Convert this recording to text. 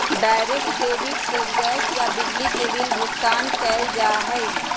direct debit से gas या बिजली के बिल भुगतान कइल जा हई